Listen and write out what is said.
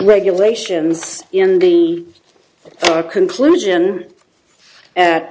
regulations in the conclusion at